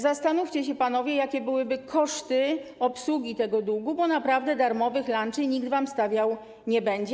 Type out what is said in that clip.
Zastanówcie się, panowie, jakie byłyby koszty obsługi tego długu, bo naprawdę darmowych lunchów nikt wam stawiał nie będzie.